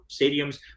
stadiums